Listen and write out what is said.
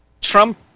Trump